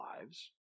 lives